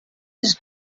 his